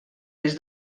des